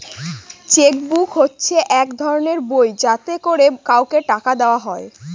check book হচ্ছে এক ধরনের বই যাতে করে কাউকে টাকা দেওয়া হয়